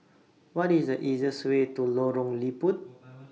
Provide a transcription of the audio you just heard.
What IS The easiest Way to Lorong Liput